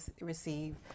receive